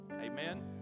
amen